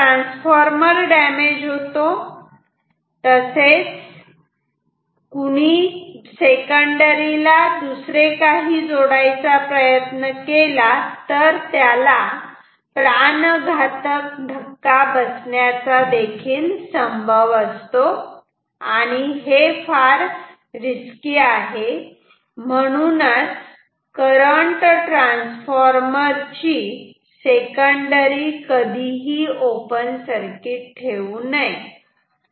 current transformer damage होतो तसेच जर कुणी सेकंडरी ला दुसरे काहीही जोडायचा प्रयत्न केला तर त्याला प्राणघातक धक्का बसण्याचा संभव असतो आणि हे फार रिस्की आहे आणि म्हणूनच करंट ट्रान्सफॉर्मर ची सेकंडरी कधीही ओपन सर्किट ठेवू नये